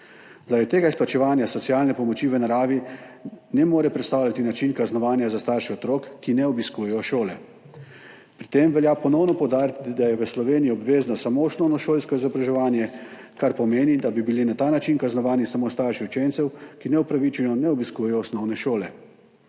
Zaradi tega izplačevanje socialne pomoči v naravi ne more predstavljati načina kaznovanja za starše otrok, ki ne obiskujejo šole. Pri tem velja ponovno poudariti, da je v Sloveniji obvezno samo osnovnošolsko izobraževanje, kar pomeni, da bi bili na ta način kaznovani samo starši učencev, ki neopravičeno ne obiskujejo osnovne šole,